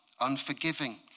unforgiving